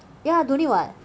ya don't need [what]